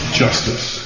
justice